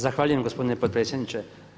Zahvaljujem gospodine potpredsjedniče.